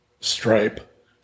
stripe